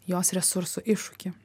jos resursų iššūkį